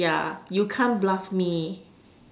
ya you can't bluff me